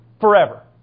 forever